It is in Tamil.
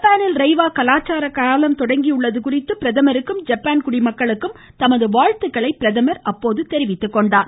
ஜப்பானில் ரெய்வா கலாச்சார காலம் தொடங்கியுள்ளது குறித்து பிரதமருக்கும் ஜப்பான் குடிமக்களுக்கும் தமது வாழ்த்துக்களை பிரதமர் தெரிவித்துக்கொண்டார்